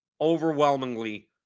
overwhelmingly